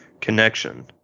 connection